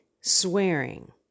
swearing